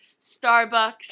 Starbucks